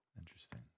interesting